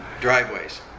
driveways